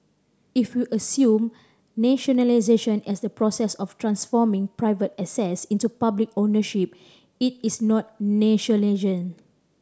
if we assume nationalisation as the process of transforming private assets into public ownership it is not